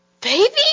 baby